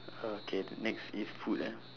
okay the next is food eh